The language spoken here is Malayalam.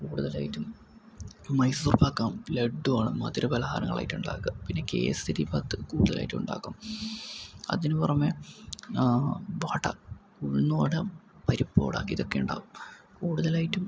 കൂടുതലായിട്ടും മൈസൂർ പാക്ക് ലഡ്ഡു ആണ് മധുരപലഹാരങ്ങളായിട്ട് ഉണ്ടാക്കുക പിന്നെ കേസരി ബാത്ത് കൂടുതലായിട്ടും ഉണ്ടാകും അതിനു പുറമെ വട ഉഴുന്നുവട പരിപ്പുവട ഇതൊക്കെ ഉണ്ടാവും കൂടുതലായിട്ടും